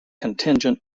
contingent